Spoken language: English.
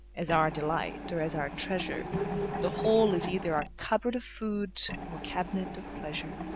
as our delight, or as our treasure the whole is either our cupboard of food, or cabinet of pleasure.